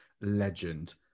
legend